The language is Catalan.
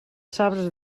sabres